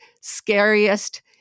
scariest